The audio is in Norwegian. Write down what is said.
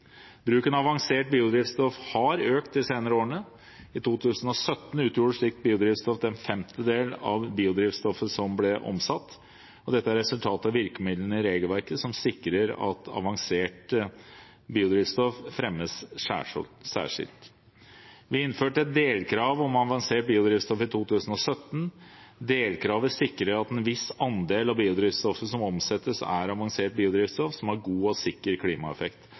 Bruken av avansert biodrivstoff har økt de senere årene. I 2017 utgjorde slikt biodrivstoff en femtedel av biodrivstoffet som ble omsatt. Dette er et resultat av virkemidlene i regelverket, som sikrer at avanserte biodrivstoff fremmes særskilt. Vi innførte et delkrav om avansert biodrivstoff i 2017. Delkravet sikrer at en viss andel av biodrivstoffet som omsettes, er avansert biodrivstoff som har en god og sikker klimaeffekt,